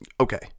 Okay